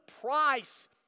price